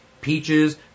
peaches